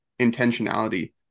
intentionality